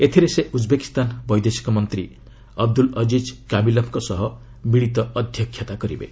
ଏଥିରେ ସେ ଉଜ୍ବେକିସ୍ତାନ ବୈଦେଶିକ ମନ୍ତ୍ରୀ ଅବଦ୍ୱଲ ଅକିଜ୍ କାମିଲବଙ୍କ ସହ ମିଳିତ ଅଧ୍ୟକ୍ଷତା କରିବେ